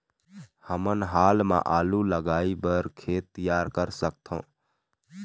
हमन हाल मा आलू लगाइ बर खेत तियार कर सकथों?